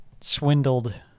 swindled